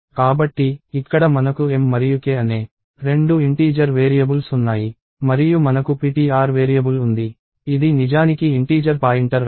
కాబట్టి ఇక్కడ మనకు m మరియు k అనే రెండు ఇంటీజర్ వేరియబుల్స్ ఉన్నాయి మరియు మనకు ptr వేరియబుల్ ఉంది ఇది నిజానికి ఇంటీజర్ పాయింటర్ రకం